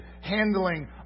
handling